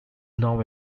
now